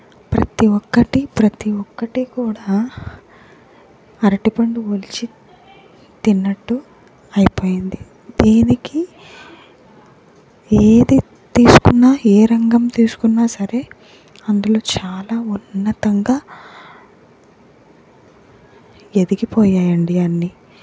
ప్రతీ ఒక్కటి ప్రతీ ఒక్కటి కూడా అరటిపండు ఒలిచి తిన్నట్టు అయిపోయింది దీనికి ఏది తీసుకున్నా ఏ రంగం తీసుకున్నా సరే అందులో చాలా ఉన్నతంగా ఎదిగిపోయాయి అండి అన్నీ